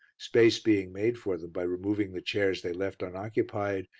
space being made for them by removing the chairs they left unoccupied,